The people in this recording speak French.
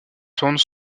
tournent